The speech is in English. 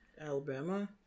Alabama